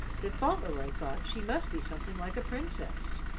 that fauntleroy thought she must be something like a princess.